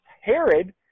Herod